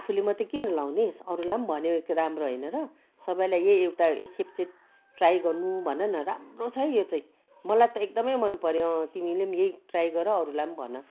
अन्त आफुले मात्रै किन लाउने अरूलाई पनि भनेको राम्रो होइन र सबैलाई यही एउटा एक खेप चाहिँ ट्राई गर्नु भनन राम्रो छ है यो चाहिँ मलाई त एकदमै मन पऱ्यो अँ तिमीले पमी यही ट्राई गर अरूलाई पनि भन